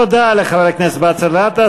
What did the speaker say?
תודה לחבר הכנסת באסל גטאס.